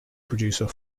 producer